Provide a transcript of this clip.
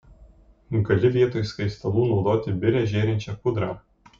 gali vietoj skaistalų naudoti birią žėrinčią pudrą